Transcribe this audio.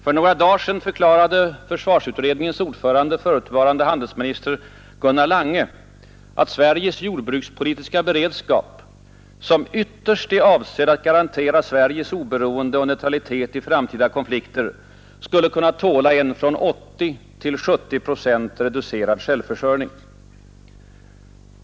För några dagar sedan förklarade försvarsutredningens ordförande, förutvarande handelsminister Gunnar Lange, att Sveriges jordbrukspolitiska beredskap — som ytterst är avsedd att garantera Sveriges oberoende och neutralitet i framtida konflikter — skulle kunna tåla en från 80 till 70 procent reducerad självförsörjning.